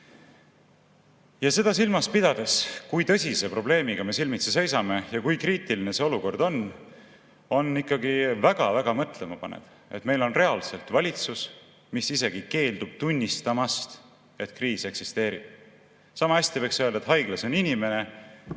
Seda silmas pidades, kui tõsise probleemiga me silmitsi seisame ja kui kriitiline see olukord on, on ikkagi väga-väga mõtlemapanev, et meil on reaalselt valitsus, mis isegi keeldub tunnistamast, et kriis eksisteerib. Samahästi võiks öelda, et haiglas on inimene,